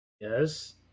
Yes